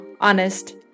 honest